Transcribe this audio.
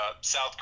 South